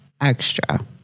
extra